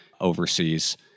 overseas